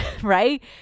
right